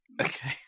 Okay